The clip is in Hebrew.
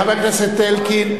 חבר הכנסת אלקין,